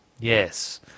yes